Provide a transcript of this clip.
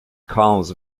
columns